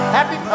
Happy